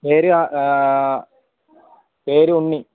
പേര് ആ പേര് ഉണ്ണി